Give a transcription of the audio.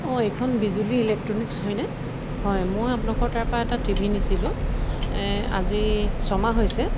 এইখন বিজুলী ইলেক্ট্ৰনিকছ হয়নে হয় মোৰ আপোনালোকৰ তাৰপৰা এটা টি ভি নিছিলোঁ আজি ছমাহ হৈছে